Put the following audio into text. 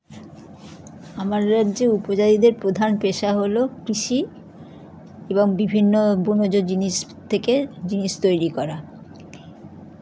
আমার রাজ্যের উপজাতিদের প্রধান পেশা হলো কৃষি এবং বিভিন্ন বনজ জিনিস থেকে জিনিস তৈরি করা